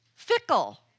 Fickle